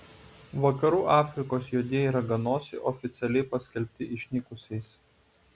vakarų afrikos juodieji raganosiai oficialiai paskelbti išnykusiais